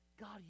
God